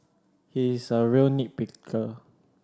he is a real nit picker